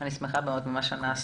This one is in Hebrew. אני מאוד שמחה ממה שנעשה.